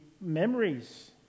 memories